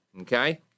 okay